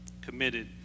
committed